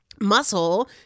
muscle